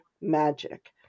magic